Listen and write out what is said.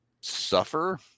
suffer